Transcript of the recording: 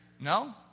No